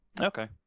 Okay